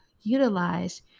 utilize